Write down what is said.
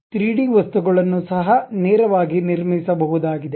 3 D ವಸ್ತುಗಳನ್ನು ಸಹ ನೇರವಾಗಿ ನಿರ್ಮಿಸಬಹುದಾಗಿದೆ